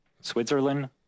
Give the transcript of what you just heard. switzerland